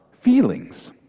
feelings